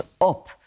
up